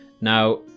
now